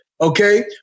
Okay